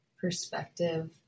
perspective